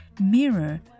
mirror